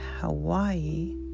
Hawaii